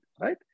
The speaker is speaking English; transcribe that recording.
right